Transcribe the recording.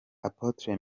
apotre